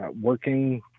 working